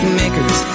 makers